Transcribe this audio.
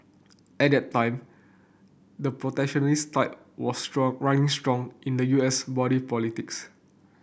at that time the protectionist tide was strong running strong in the U S body politics